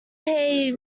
pay